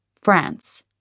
France